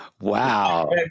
Wow